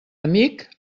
amic